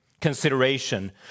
consideration